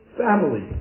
family